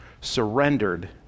surrendered